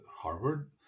Harvard